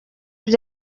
gusa